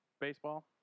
baseball